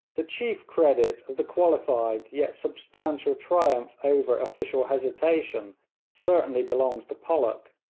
the chief credit of the qualified yet substantial triumph over official hesitation certainly belongs to pollock,